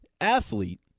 athlete